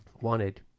Wanted